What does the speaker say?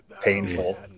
painful